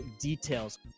details